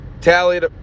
tallied